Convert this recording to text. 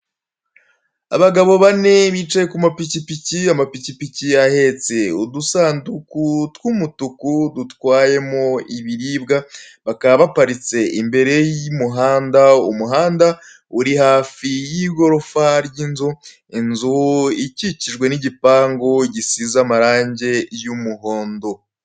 Abagabo bane bicaye kumapikipiki, amapikipiki ahetse udusanduku tw'umutuku dutwayemo ibiribwa bakaba baparitse imbere yimuhanda , umuhanda uri hafi yigorofa ryinzu , inzu ikikijwe nigipangu gisize amarange y'umuhondo.